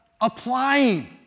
applying